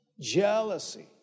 jealousy